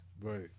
Right